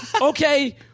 Okay